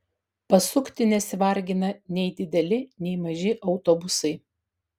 pasukti nesivargina nei dideli nei maži autobusai